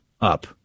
up